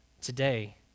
today